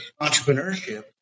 entrepreneurship